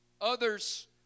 Others